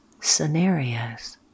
scenarios